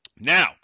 now